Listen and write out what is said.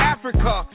Africa